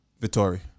Vittori